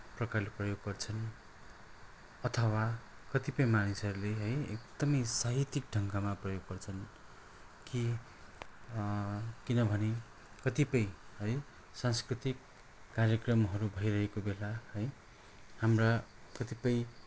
प्रकारले प्रयोग गर्छन् अथवा कतिपय मानिसहरूले है एकदमै साहित्यिक ढङ्गमा प्रयोग गर्छन् के किनभने कतिपय है सांस्कृतिक कार्यक्रमहरू भइरहेको बेला है हाम्रा कतिपय